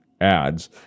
ads